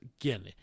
again